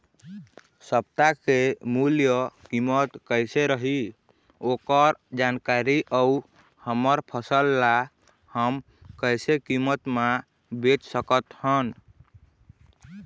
सप्ता के मूल्य कीमत कैसे रही ओकर जानकारी अऊ हमर फसल ला हम कैसे कीमत मा बेच सकत हन?